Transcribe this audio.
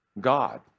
God